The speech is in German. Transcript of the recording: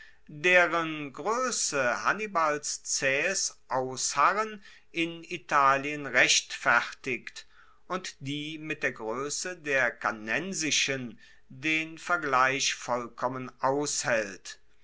deren groesse hannibals zaehes ausharren in italien rechtfertigt und die mit der groesse der cannensischen den vergleich vollkommen aushaelt